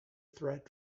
threat